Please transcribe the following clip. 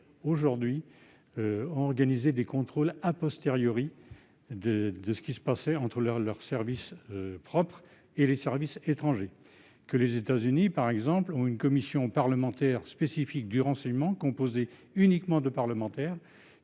aujourd'hui des contrôles de ce qui se passe entre leurs propres services et les services étrangers. Les États-Unis, par exemple, ont une commission parlementaire spécifique du renseignement composée uniquement de parlementaires.